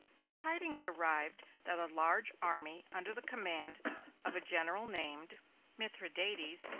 the tidings arrived that a large army under the command of a general named mithradates,